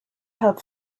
pub